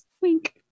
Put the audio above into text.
Wink